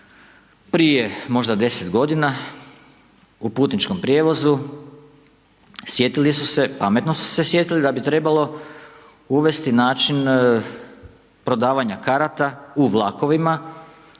prije možda 10 g. u putničkom prijevozu sjetili su se, pametno su se sjetili, da bi trebalo uvesti način prodavanja karata u vlakovima